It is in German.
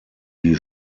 die